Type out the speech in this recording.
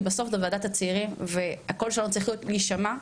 כי בסוף בוועדת הצעירים הקול שלו צריך להישמע,